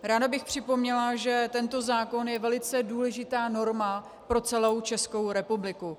Ráda bych připomněla, že tento zákon je velice důležitá norma pro celou Českou republiku.